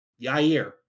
Yair